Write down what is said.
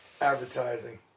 advertising